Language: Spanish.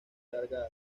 alargada